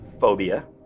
phobia